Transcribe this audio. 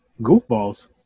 Goofballs